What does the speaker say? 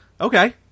Okay